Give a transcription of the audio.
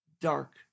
dark